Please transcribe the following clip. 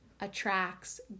attracts